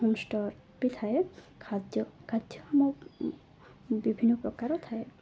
home ଷ୍ଟର ବି ଥାଏ ଖାଦ୍ୟ ଖାଦ୍ୟକ୍ରମ ବିଭିନ୍ନ ପ୍ରକାର ଥାଏ